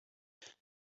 looking